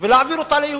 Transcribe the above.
ולהעביר אותה ליהודים.